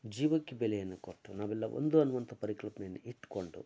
ಜೀವಕ್ಕೆ ಬೆಲೆಯನ್ನು ಕೊಟ್ಟು ನಾವೆಲ್ಲ ಒಂದು ಅನ್ನುವಂಥ ಪರಿಕಲ್ಪನೆಯನ್ನು ಇಟ್ಟುಕೊಂಡು